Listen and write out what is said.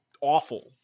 awful